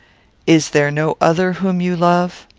is there no other whom you love?